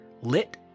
Lit